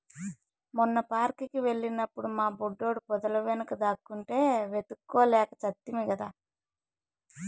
మొన్న పార్క్ కి వెళ్ళినప్పుడు మా బుడ్డోడు పొదల వెనుక దాక్కుంటే వెతుక్కోలేక చస్తిమి కదా